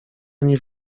ani